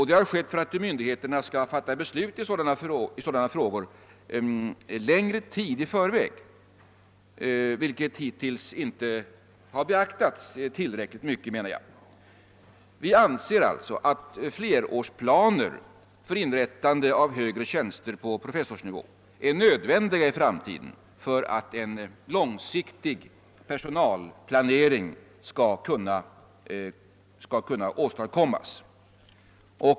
Det har skett för att myndigheterna i sådana frågor skall fatta beslut längre tid i förväg, vilket de hittills inte har gjort i tillräcklig utsträckning. Vi anser att flerårsplaner för inrättande av tjänster på professorsnivå är nödvändiga i framtiden för att en långsiktig personalplanering skall kunna åstadkommas.